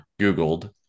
Googled